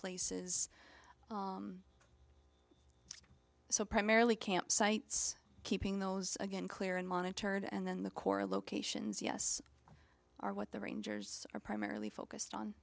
places so primarily campsites keeping those again clear and monitored and then the core locations yes are what the rangers are primarily focused on